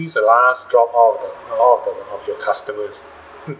squeeze the last drop out of the all of the of your customers hmm